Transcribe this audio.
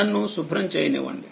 నన్ను శుభ్రం చేయనివ్వండి